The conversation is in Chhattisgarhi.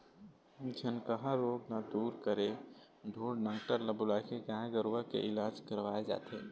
झनकहा रोग ल दूर करे ढोर डॉक्टर ल बुलाके गाय गरुवा के इलाज करवाय जाथे